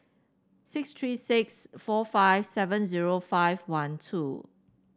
six three six four five seven zero five one two